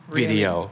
video